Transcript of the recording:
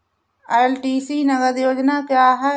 LTC नगद योजना क्या है?